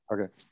okay